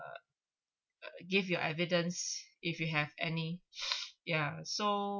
ugh give your evidence if you have any ya so